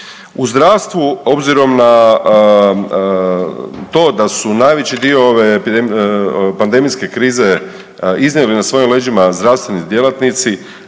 U zdravstvu obzirom na to da su najveći dio ove pandemijske krize iznijeli na svojim leđima zdravstveni djelatnici,